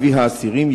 אבי האסירים,